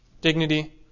dignity